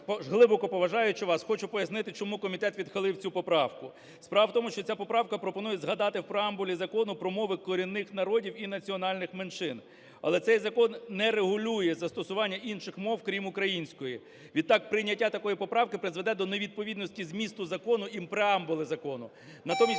глибоко поважаючи вас, хочу пояснити, чому комітет відхилив цю поправку. Справа в тому, що ця поправка пропонує згадати в преамбулі Закону про мови корінних народів і національних меншин, але цей закон не регулює застосування інших мов, крім української. Відтак прийняття такої поправки призведе до невідповідності змісту закону і преамбули закону. Натомість